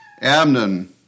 Amnon